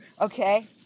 Okay